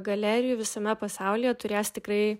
galerijų visame pasaulyje turės tikrai